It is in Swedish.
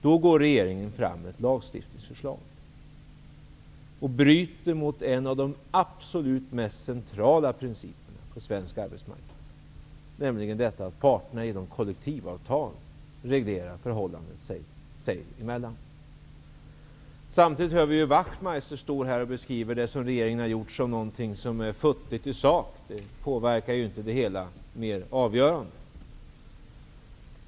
Då går regeringen fram med ett lagstiftningsförslag och bryter mot en av de absolut mest centrala principerna på svensk arbetsmarknad, nämligen detta att parterna genom kollektivavtal reglerar förhållandet sig emellan. Samtidigt hör vi hur Wachtmeister står här och beskriver det som regeringen har gjort som någonting som är futtigt i sak, något som inte påverkar det hela mera avgörande.